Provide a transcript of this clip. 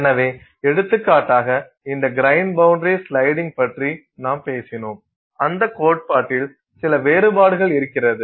எனவே எடுத்துக்காட்டாக இந்த கிரைன் பவுண்டரி ஸ்லைடிங் பற்றி நாம் பேசினோம் அந்தக் கோட்பாட்டில் சில வேறுபாடுகள் இருக்கிறது